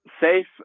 safe